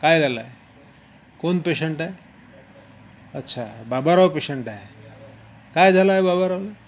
काय झालं आहे कोण पेशंट आहे अच्छा बाबाराव पेशंट आहे काय झालं आहे बाबारावला